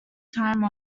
time